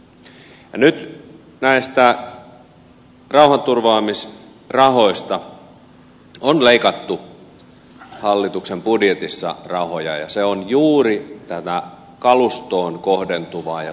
nyt näistä rauhanturvaamisrahoista on leikattu hallituksen budjetissa rahoja ja se on juuri tätä kalustoon kohdentuvaa ja suunniteltua rahoitusta